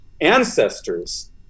ancestors